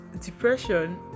depression